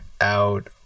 out